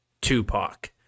Tupac